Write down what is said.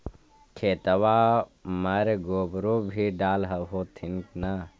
खेतबा मर गोबरो भी डाल होथिन न?